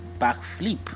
backflip